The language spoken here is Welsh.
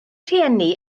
rhieni